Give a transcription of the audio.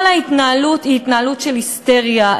כל ההתנהלות היא התנהלות של היסטריה,